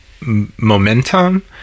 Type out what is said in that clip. momentum